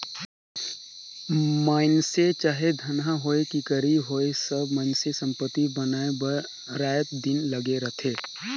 मइनसे चाहे धनहा होए कि गरीब होए सब मइनसे संपत्ति बनाए बर राएत दिन लगे रहथें